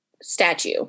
statue